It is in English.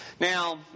Now